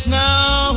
now